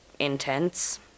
intense